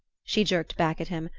she jerked back at him,